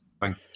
thank